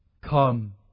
come